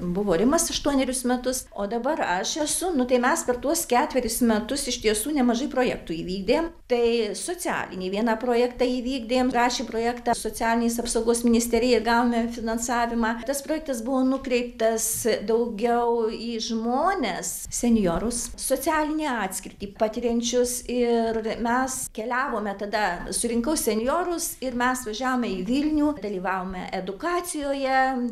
buvo rimas aštuonerius metus o dabar aš esu nu tai mes per tuos ketveris metus iš tiesų nemažai projektų įvykdėm tai socialinį vieną projektą įvykdėm rašėm projektą socialinės apsaugos ministerijai ir gavome finansavimą tas projektas buvo nukreiptas daugiau į žmones senjorus socialinę atskirtį patiriančius ir mes keliavome tada surinkau senjorus ir mes važiavome į vilnių dalyvavome edukacijoje